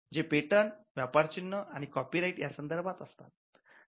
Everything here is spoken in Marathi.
जे पेटंटव्यापार चिन्ह आणि कॉपीराईट यासंदर्भात असतात